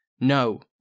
No